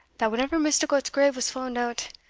that whenever misticot's grave was fund out,